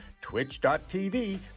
twitch.tv